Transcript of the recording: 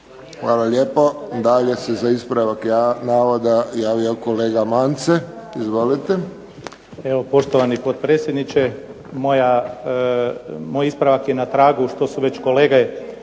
Hvala. Dalje se za ispravak navoda javio kolega Mance. Izvolite. **Mance, Anton (HDZ)** Evo poštovani potpredsjedniče moj ispravak je na tragu što su već kolege